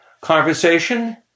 conversation